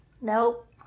Nope